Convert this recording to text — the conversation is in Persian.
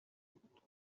بود